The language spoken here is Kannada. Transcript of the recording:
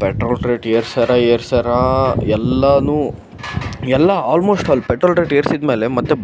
ಪೆಟ್ರೋಲ್ ರೇಟ್ ಏರ್ಸ್ಯಾರೆ ಏರ್ಸ್ಯಾರೆ ಎಲ್ಲನೂ ಎಲ್ಲ ಆಲ್ಮೋಸ್ಟ್ ಅಲ್ ಪೆಟ್ರೋಲ್ ರೇಟ್ ಏರ್ಸಿದ ಮೇಲೆ ಮತ್ತೆ